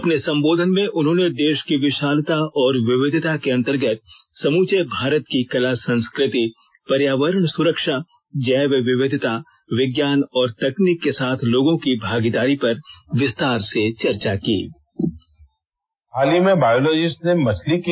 अपने संबोधन में उन्होंने देष की विषालता और विविधता के अंतर्गत समूचे भारत की कला संस्कृति पर्यावरण सुरक्षा जैव विविधता विज्ञान और तकनीक के साथ लोगों की भागीदारी पर विस्तार से चर्चा की